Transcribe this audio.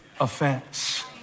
offense